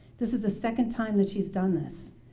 this is the second time that she's done this.